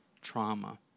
trauma